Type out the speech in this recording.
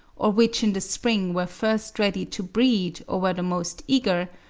or which in the spring were first ready to breed, or were the most eager,